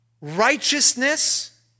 Righteousness